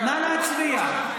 נא להצביע.